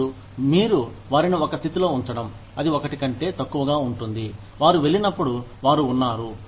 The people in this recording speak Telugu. మరియు మీరు వారిని ఒక స్థితిలో ఉంచడం అది ఒకటి కంటే తక్కువగా ఉంటుంది వారు వెళ్ళినప్పుడు వారు ఉన్నారు